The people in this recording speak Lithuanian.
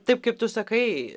taip kaip tu sakai